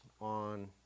on